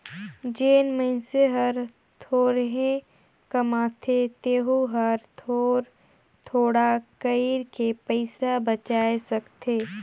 जेन मइनसे हर थोरहें कमाथे तेहू हर थोर थोडा कइर के पइसा बचाय सकथे